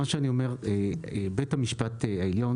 מה שאני אומר זה שבית המשפט העליון,